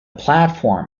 platform